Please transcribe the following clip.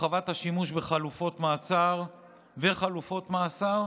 הרחבת השימוש בחלופות מעצר וחלופות מאסר,